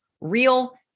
real